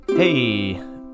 Hey